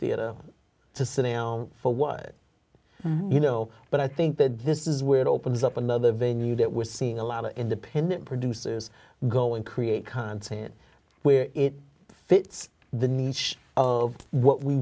theater to sit down for what you know but i think this is where it opens up another venue that we're seeing a lot of independent producers go and create content where it fits the needs of what we